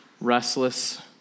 restless